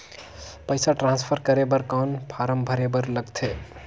पईसा ट्रांसफर करे बर कौन फारम भरे बर लगथे?